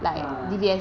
ah